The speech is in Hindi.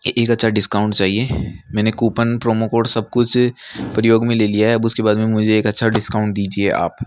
एक अच्छा डिस्काउंट चाहिए मैंने कूपन प्रोमो कोड सब कुछ प्रयोग में ले लिया है अब उसके बाद में मुझे एक अच्छा डिस्काउंट दीजिए आप